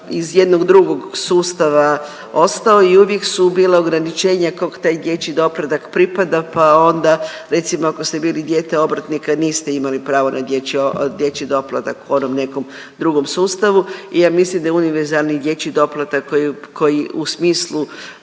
iz jednog drugog sustava ostao i uvijek su bila ograničenja kom taj dječji doplatak pripada pa onda recimo ako ste bili dijete obrtnika niste imali pravo na dječji doplatak u onom nekom drugom sustavu i ja mislim da je univerzalni dječji doplatak koji, koji u smislu